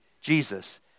Jesus